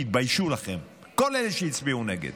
תתביישו לכם, כל אלה שהצביעו נגד.